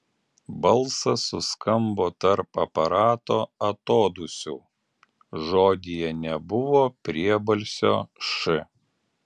balsas suskambo tarp aparato atodūsių žodyje nebuvo priebalsio š